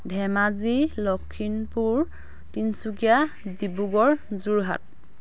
Dhemaji Lakhimpur Tinsukia Dibrugarh Jorhat